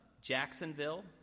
Jacksonville